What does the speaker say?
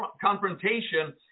confrontation